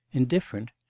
indifferent?